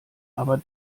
aber